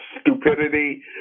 stupidity